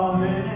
Amen